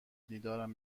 دیدارم